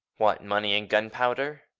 what! money and gunpowder!